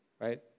right